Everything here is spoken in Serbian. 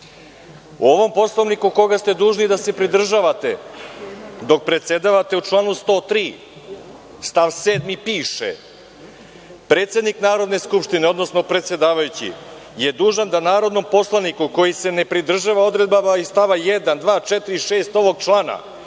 ovom Poslovniku, koga ste dužni da se pridržavate dok predsedavate, u članu 103. stav 7. piše – predsednik Narodne skupštine, odnosno predsedavajući, dužan je da narodnom poslaniku koji se ne pridržava odredaba iz st. 1, 2, 4. i 6. ovog člana